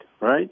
Right